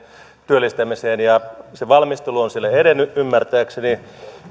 työllistämiseen ja se valmistelu on siellä edennyt ymmärtääkseni